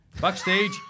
Backstage